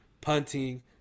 punting